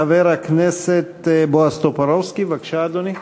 חבר הכנסת בועז טופורובסקי, בבקשה, אדוני.